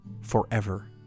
forever